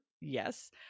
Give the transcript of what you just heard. Yes